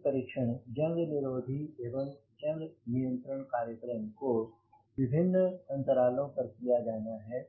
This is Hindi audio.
CPCP परीक्षण जंग निरोधी एवं जंग नियंत्रण कार्यक्रम को विभिन्न अंतरालों पर किया जाना है